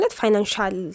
financial